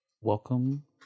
Welcome